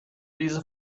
diese